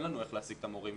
אין לנו איך להשיג את המורים.